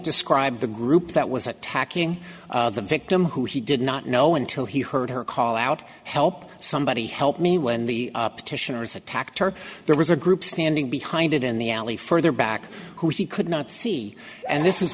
described the group that was attacking the victim who he did not know until he heard her call out help somebody help me when the petitioners attacked her there was a group standing behind it in the alley further back who he could not see and this